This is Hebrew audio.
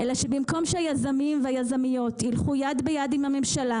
אלא שבמקום שהיזמים והיזמיות ילכו יד ביד עם הממשלה